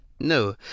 No